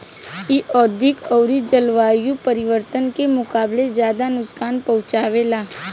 इ औधोगिक अउरी जलवायु परिवर्तन के मुकाबले ज्यादा नुकसान पहुँचावे ला